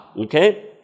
okay